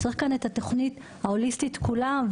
צריך כאן את התוכנית ההוליסטית כולה,